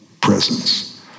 presence